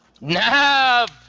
Nav